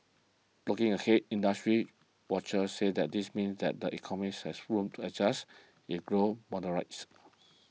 looking ahead industry watchers said that this means that the economies has room to adjust if growth moderates